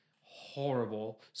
Horrible